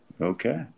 Okay